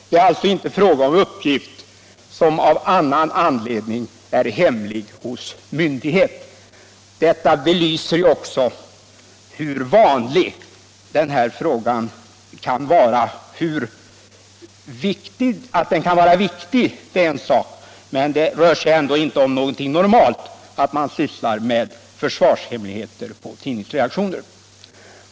Det är alltså inte fråga om uppgift som av annan anledning är hemlig hos myndighet. Detta belyser också graden av hur vanlig denna fråga kan vara. Att den kan vara viktig är en sak, men det rör sig ändå inte om någonting normalt att man sysslar med försvarshemligheter hos tidningsredaktioner.